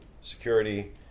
security